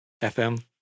FM